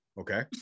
Okay